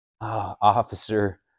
Officer